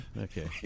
Okay